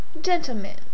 Gentlemen